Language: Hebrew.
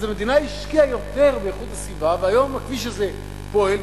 אז המדינה השקיעה יותר באיכות הסביבה והיום הכביש הזה פועל.